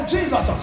Jesus